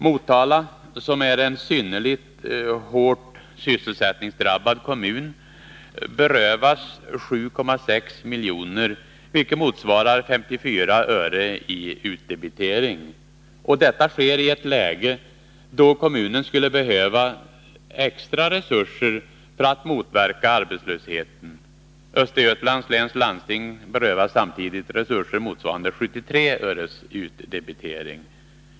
Motala, som är en sysselsättningsmässigt synnerligen hårt drabbad kommun, berövas 7,6 milj.kr., vilket motsvarar 54 öre i utdebitering. Och detta sker i ett läge då kommunen skulle behöva extra resurser för att motverka arbetslösheten. Östergötlands läns landsting berövas samtidigt resurser motsvarande 73 öres utdebitering.